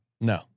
no